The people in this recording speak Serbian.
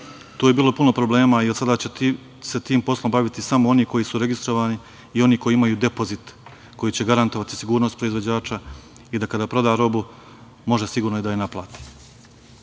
Tu je bilo puno problema i od sada će se tim poslom baviti samo oni koji su registrovani i oni koji imaju depozit koji će garantovati sigurnost proizvođača i da kada proda robu može sigurno i da je